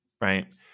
right